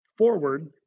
forward